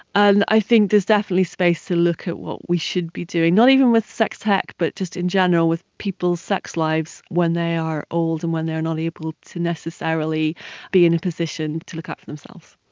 and i think there's definitely space to look at what we should be doing, not even with sex tech but just in general with people's sex lives when they are old and when they are not able to necessarily be in a position to look out for themselves.